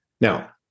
Now